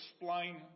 explain